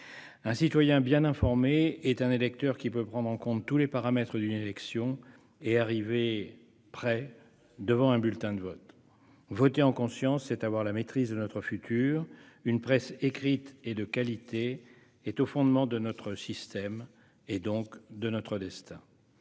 Un citoyen bien informé est un électeur qui peut prendre en compte tous les paramètres d'une élection et arriver prêt devant un bulletin de vote. Voter en conscience, c'est avoir la maîtrise de notre avenir. Une presse écrite et de qualité est au fondement de notre système et de notre destin.